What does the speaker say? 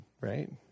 right